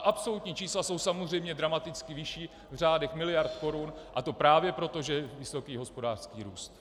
Absolutní čísla jsou samozřejmě dramaticky vyšší v řádech miliard korun, a to právě proto, že je vysoký hospodářský růst.